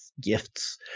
gifts